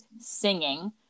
singing